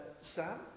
Sam